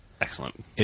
Excellent